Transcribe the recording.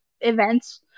events